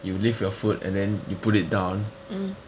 you lift your foot and then you put it down